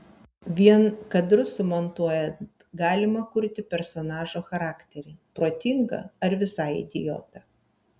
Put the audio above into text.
vien kadrus sumontuojant galima kurti personažo charakterį protingą ar visai idiotą